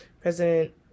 president